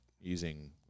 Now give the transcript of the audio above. Using